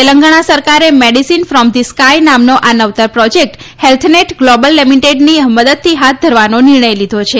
તેલંગણા સરકારે medicine from the sky નામનો આ નવતર પ્રોજેક્ટ ફેલ્થનેટ ગ્લોબલ લિમિટેડની મદદથી હાથ ધરવાનો નિર્ણય લીધો છે